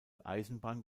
eisenbahn